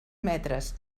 metres